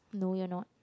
no your not